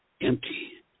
empty